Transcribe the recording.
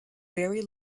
very